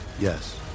Yes